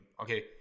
okay